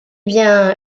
bien